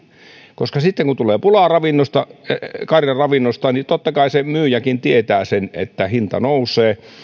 koska sitten kun tulee pulaa karjan ravinnosta totta kai myyjäkin tietää sen että hinta nousee